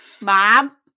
Mom